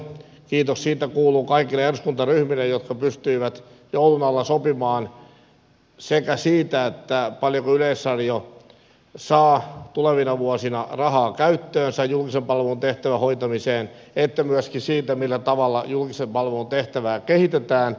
kiitos siitä kuuluu kaikille eduskuntaryhmille jotka pystyivät joulun alla sopimaan sekä siitä paljonko yleisradio saa tulevina vuosina rahaa käyttöönsä julkisen palvelun tehtävän hoitamiseen että myöskin siitä millä tavalla julkisen palvelun tehtävää kehitetään